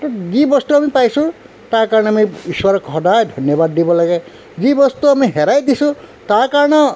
যি বস্তু আমি পাইছোঁ তাৰ কাৰণে আমি ইশ্বৰক সদায় ধন্যবাদ দিব লাগে যি বস্তু আমি হেৰাই দিছোঁ তাৰ কাৰণেও